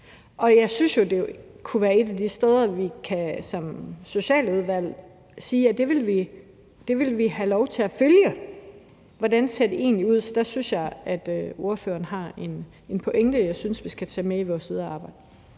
Jeg synes jo, det kunne været et af de steder, hvor vi i Socialudvalget kan sige at det vil vi have lov til at følge. Så der synes jeg, at ordføreren har en pointe, som jeg synes vi skal tage med i vores videre arbejde.